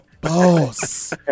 Boss